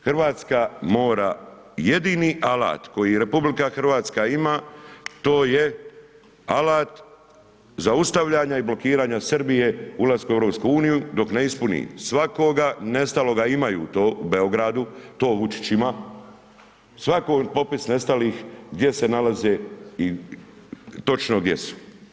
Hrvatska mora jedini alat, koja RH ima, to je alat zaustavljanja i blokiranja Srbije ulaskom u EU, dok ne ispuni svakoga, nestaloga, imaju to u Beogradu, to Vučić ima, svako popis nestalih gdje se nalaze i točno gdje su.